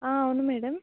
అవును మేడం